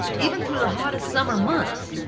even through the hottest summer months.